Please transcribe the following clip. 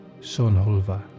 Sonhulva